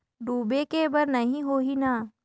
डूबे के बर नहीं होही न?